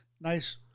nice